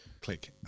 Click